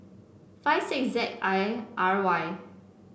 five six Z I R Y